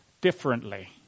differently